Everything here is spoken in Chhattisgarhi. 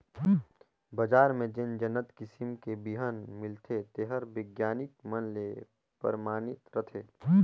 बजार में जेन उन्नत किसम के बिहन मिलथे तेहर बिग्यानिक मन ले परमानित रथे